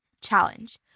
Challenge